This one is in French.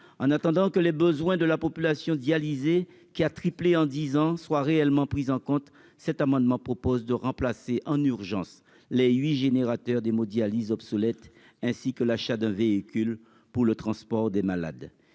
en attendant que les besoins de la population dialysé qui a triplé en 10 ans, soit réellement prise en compte cet amendement propose de remplacer en urgence les 8 générateurs d'hémodialyse obsolète, ainsi que l'achat de véhicules pour le transport des malades,